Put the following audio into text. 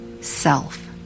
Self